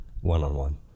One-on-one